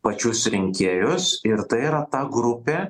pačius rinkėjus ir tai yra ta grupė